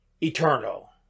eternal